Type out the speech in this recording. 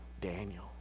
Daniel